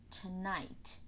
Tonight